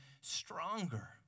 stronger